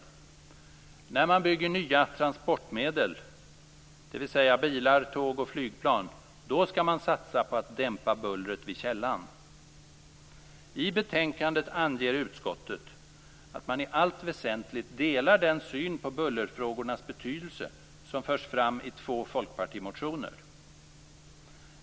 Det är när man bygger nya transportmedel, dvs. bilar, tåg och flygplan, som man skall satsa på att dämpa bullret vid källan. I betänkandet anger utskottet att man i allt väsentligt delar den syn på bullerfrågornas betydelse som förs fram i två folkpartimotioner.